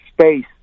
space